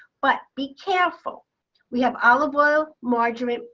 but be careful we have olive oil, margarine,